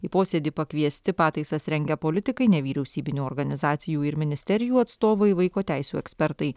į posėdį pakviesti pataisas rengę politikai nevyriausybinių organizacijų ir ministerijų atstovai vaiko teisių ekspertai